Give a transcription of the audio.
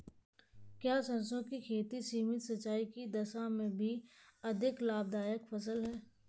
क्या सरसों की खेती सीमित सिंचाई की दशा में भी अधिक लाभदायक फसल है?